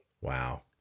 Wow